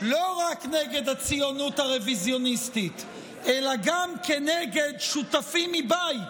לא רק נגד הציונות הרוויזיוניסטית אלא גם כנגד שותפים מבית